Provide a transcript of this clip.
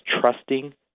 trusting